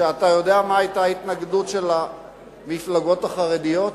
ואתה יודע מה היתה ההתנגדות של המפלגות החרדיות?